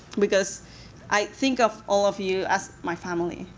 because i think of all of you as my family.